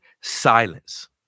silence